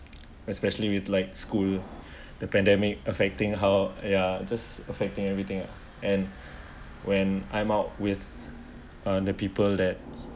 especially with like school the pandemic affecting how ya just affecting everything ah and when I'm out with uh the people that